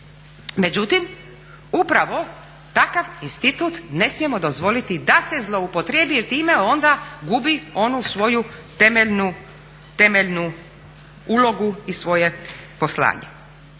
Međutim, upravo takav institut ne smijemo dozvoliti da se zloupotrijebi jer time gubi onu svoju temeljnu ulogu i svoje poslanje.